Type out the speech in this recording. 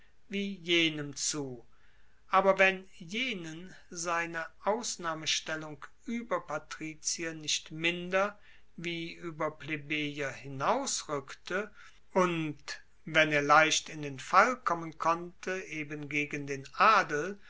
wie jenem zu aber wenn jenen seine ausnahmestellung ueber patrizier nicht minder wie ueber plebejer hinausrueckte und wenn er leicht in den fall kommen konnte eben gegen den adel